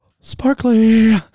sparkly